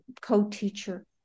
co-teacher